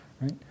right